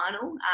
final